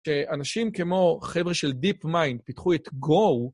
כשאנשים כמו חבר'ה של דיפ מיינד פיתחו את גו,